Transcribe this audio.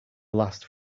last